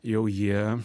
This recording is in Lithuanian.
jau jie